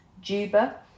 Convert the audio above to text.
juba